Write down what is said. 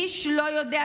"איש לא יודע,